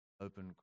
open